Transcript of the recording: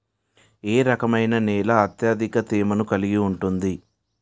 ఏ రకమైన నేల అత్యధిక తేమను కలిగి ఉంటుంది?